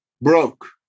broke